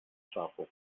ŝafo